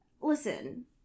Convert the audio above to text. Listen